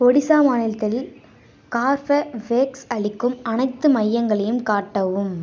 ஒடிசா மாநிலத்தில் கார்பவேக்ஸ் அளிக்கும் அனைத்து மையங்களையும் காட்டவும்